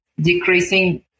decreasing